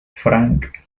frank